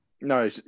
No